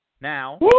Now